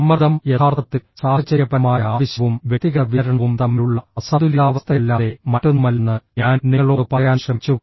സമ്മർദ്ദം യഥാർത്ഥത്തിൽ സാഹചര്യപരമായ ആവശ്യവും വ്യക്തിഗത വിതരണവും തമ്മിലുള്ള അസന്തുലിതാവസ്ഥയല്ലാതെ മറ്റൊന്നുമല്ലെന്ന് ഞാൻ നിങ്ങളോട് പറയാൻ ശ്രമിച്ചു